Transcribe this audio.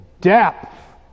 depth